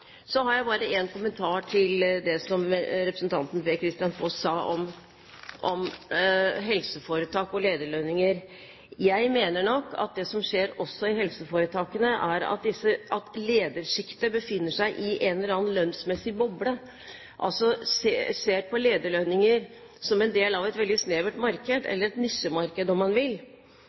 Så har jeg bare en kommentar til det representanten Per-Kristian Foss sa om helseforetak og lederlønninger. Jeg mener nok at det som skjer også i helseforetakene, er at ledersjiktet befinner seg i en eller annen lønnsmessig boble, at man ser på lederlønninger som en del av et veldig snevert marked, et nisjemarked om man vil.